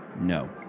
no